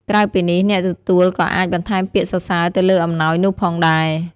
ក្រៅពីនេះ អ្នកទទួលក៏អាចបន្ថែមពាក្យសរសើរទៅលើអំណោយនោះផងដែរ។